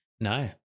No